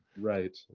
Right